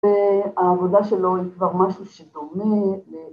‫והעבודה שלו היא כבר משהו שדומה ל...